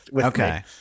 Okay